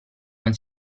non